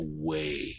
away